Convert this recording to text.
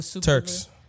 Turks